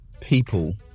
people